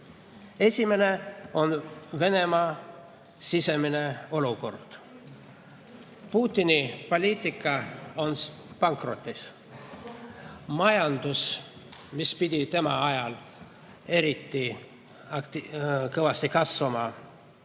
Esimene on Venemaa sisemine olukord. Putini poliitika on pankrotis. Majandus, mis pidi tema ajal eriti kõvasti kasvama